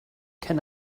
can